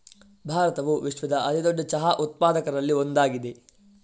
ಭಾರತವು ವಿಶ್ವದ ಅತಿ ದೊಡ್ಡ ಚಹಾ ಉತ್ಪಾದಕರಲ್ಲಿ ಒಂದಾಗಿದೆ